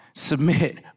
Submit